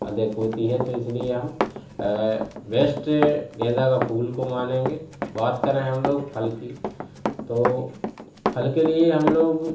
अधिक होती है तो इसलिए हम वेस्ट गेंदा का फूल को मानेंगे बात करें हम लोग फल कि तो फल के लिए हम लोग